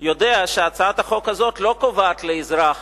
יודע שהצעת החוק הזאת לא קובעת לאזרח